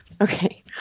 Okay